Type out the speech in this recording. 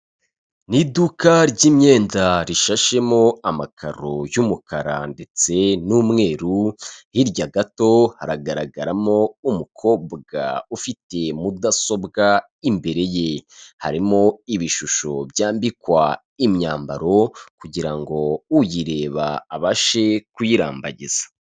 Ni iduka ry'imyenda rishashemo amakaro y'umukara ndetse n'umweru, hirya gato haragaragaramo umukobwa ufite mudasobwa imbere ye. Harimo ibishusho byambikwa imyambaro kugira uyireba abashe kuyirambagiza.